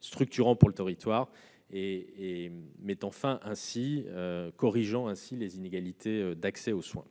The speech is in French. structurant pour le territoire, et de corriger les inégalités d'accès aux soins.